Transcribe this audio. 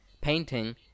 painting